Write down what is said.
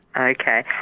Okay